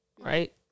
right